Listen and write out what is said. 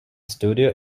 studio